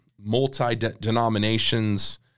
multi-denominations